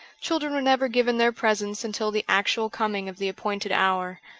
children were never given their presents until the actual coming of the appointed hour.